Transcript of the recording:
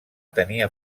tenia